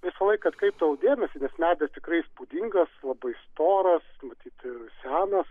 visą laiką atkreipdavau dėmesį nes medis tikrai įspūdingas labai storos matyt ir senas